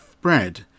bread